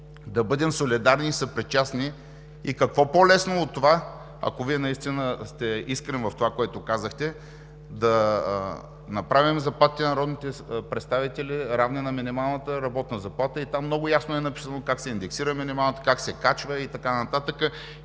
да бъдем солидарни и съпричастни. Какво по-лесно от това, ако Вие наистина сте искрен в това, което казахте, да направим заплатите на народните представители равни на минималната работна заплата? Там много ясно е записано как се индексира минималната работна заплата, как се качва и така нататък